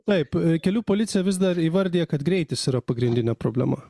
taip kelių policija vis dar įvardija kad greitis yra pagrindinė problema